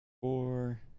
Four